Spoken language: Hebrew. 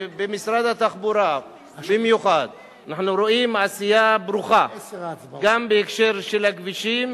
במשרד התחבורה במיוחד אנחנו רואים עשייה ברוכה גם בהקשר של הכבישים,